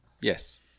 Yes